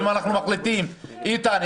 איתן,